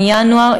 מינואר,